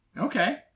okay